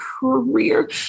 career